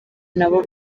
nabo